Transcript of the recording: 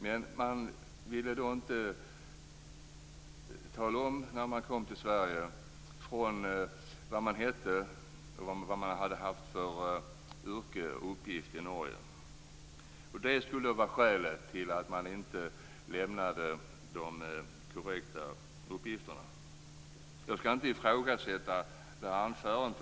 Men när de kom till Sverige ville de inte tala om vad de hette och vad de hade haft för yrke och uppgift i Norge. Det skulle vara skälet till att man inte lämnade korrekta uppgifter. Jag skall inte ifrågasätta det här anförandet.